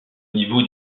niveau